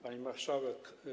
Pani Marszałek!